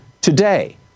today